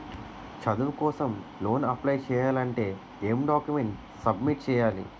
చదువు కోసం loan apply చేయాలి అంటే ఎం డాక్యుమెంట్స్ సబ్మిట్ చేయాలి?